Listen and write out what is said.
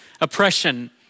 oppression